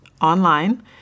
online